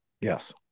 Yes